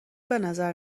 بنظر